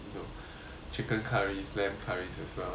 chicken curry lamb curry as well depending